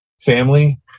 family